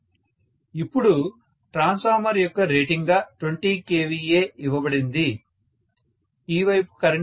ఇప్పుడు ట్రాన్స్ఫార్మర్ యొక్క రేటింగ్గా 20 kVA ఇవ్వబడింది ఈ వైపు కరెంట్ ఎంత